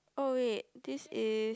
oh wait this is